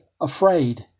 afraid